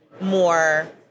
more